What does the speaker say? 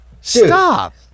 Stop